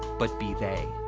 but, be, they.